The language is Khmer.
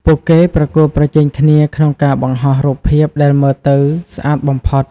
ពួកគេប្រកួតប្រជែងគ្នាក្នុងការបង្ហោះរូបភាពដែលមើលទៅស្អាតបំផុត។